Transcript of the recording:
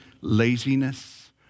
laziness